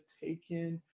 Taken